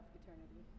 eternity